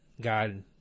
God